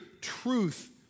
truth